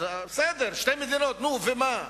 אז בסדר, שתי מדינות, ומה?